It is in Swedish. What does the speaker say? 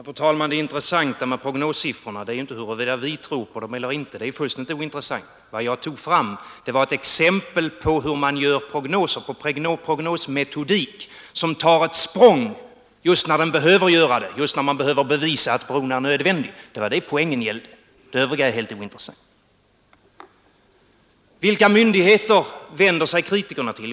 Fru talman! Det intressanta med prognossiffrorna är inte huruvida vi tror på dem eller inte. Det är fullkomligt ointressant. Jag tog fram ett exempel på hur man gör prognoser, ett exempel på prognosmetodik som tar ett språng just när man behöver bevisa att bron är nödvändig. Det var det poängen gällde. Det övriga är helt ointressant. Vilka myndigheter vänder sig kritikerna till?